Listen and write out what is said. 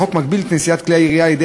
החוק מגביל את נשיאת כלי הירייה על-ידי